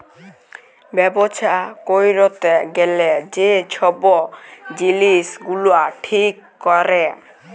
ব্যবছা ক্যইরতে গ্যালে যে ছব জিলিস গুলা ঠিক ক্যরে